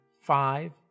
five